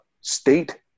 state